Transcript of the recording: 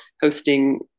hosting